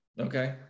Okay